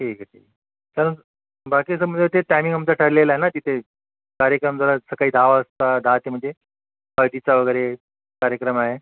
ठीक आहे बाकीचं म्हणजे तेच टायमिंग आमचं ठरलेलं आहे ना तिथे कार्यक्रम जरा सकाळी दहा वाजता दहाची म्हणजे हळदीचा वगैरे कार्यक्रम आहे